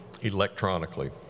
electronically